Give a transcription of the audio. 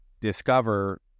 discover